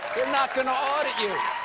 they're not going to audit you.